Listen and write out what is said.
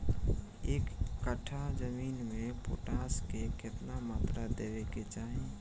एक कट्ठा जमीन में पोटास के केतना मात्रा देवे के चाही?